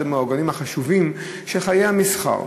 אחד העוגנים החשובים של חיי המסחר.